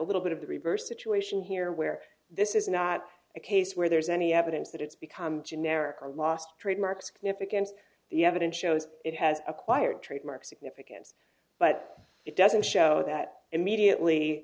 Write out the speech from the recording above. a little bit of the reverse situation here where this is not a case where there's any evidence that it's become generic or lost trademark significance the evidence shows it has acquired trademark significance but it doesn't show that immediately